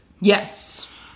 Yes